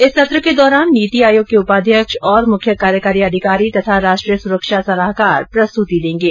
इस सत्र के दौरान नीति आयोग के उपाध्यक्ष और मुख्य कार्यकारी अधिकारी तथा राष्ट्रीय सुरक्षा सलाहकार प्रस्तुति देंगे